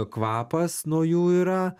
kvapas nuo jų yra